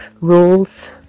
rules